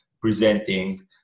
presenting